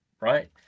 Right